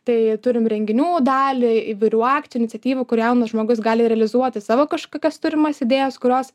tai turim renginių dalį įvairių akcijų iniciatyvų kur jaunas žmogus gali realizuoti savo kažkokias turimas idėjas kurios